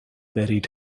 buried